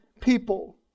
people